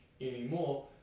anymore